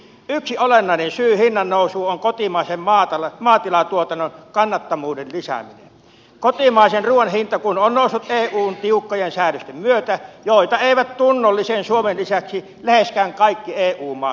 yksi olennainen syy hinnannousuun on kotimaisen maatilatuotannon kannattamattomuuden lisääntyminen kotimaisen ruuan hinta kun on noussut eun tiukkojen säädösten myötä joita eivät tunnollisen suomen lisäksi läheskään kaikki eu maat noudata